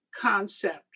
concept